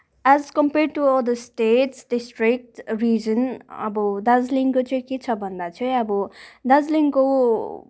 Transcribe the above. as compared to other states district region अब दार्जिलिङको चाहिँ के छ भन्दा चाहिँ अब भन्दा चाहिँ अब दार्जिलिङको